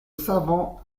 savant